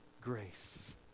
grace